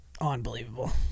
unbelievable